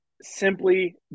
simply